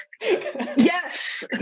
yes